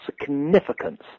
significance